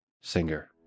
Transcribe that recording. Singer